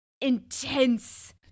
intense